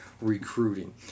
recruiting